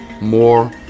more